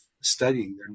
studying